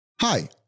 Hi